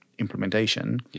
implementation